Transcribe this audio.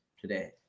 today